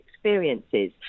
experiences